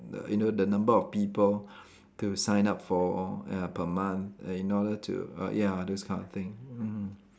the you know the number of people to sign up for ya per month in order to err ya those kind of thing mm